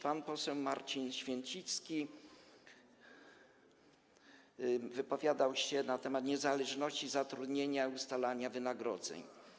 Pan poseł Marcin Święcicki wypowiadał się na temat niezależności zatrudnienia i ustalania wynagrodzeń.